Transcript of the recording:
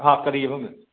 half ꯀꯔꯤꯑꯕ ꯃꯦꯝ